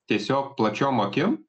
tiesiog plačiom akim